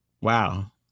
Wow